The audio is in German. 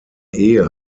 ehe